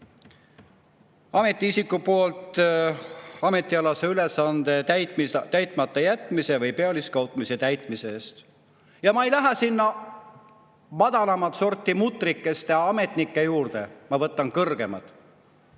Ametiisiku poolt ametialase ülesande täitmata jätmise või pealiskaudselt täitmise eest. Ma ei lähe sinna madalamat sorti mutrikeste, ametnike juurde, ma võtan kõrgemad.